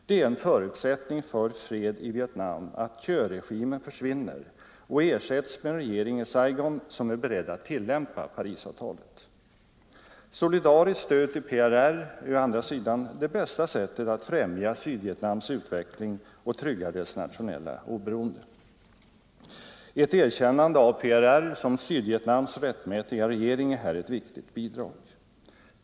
Det är en förutsättning för fred i Vietnam att Thieuregimen försvinner och ersätts med en regering i Saigon som är beredd att tillämpa Parisavtalet. Solidariskt stöd till PRR är å andra sidan det bästa sättet att främja Sydvietnams utveckling och trygga dess nationella oberoende. Ett erkännande av PRR som Sydvietnams rättmätiga regering är här ett viktigt bidrag.